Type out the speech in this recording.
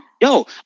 yo